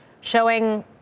showing